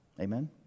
Amen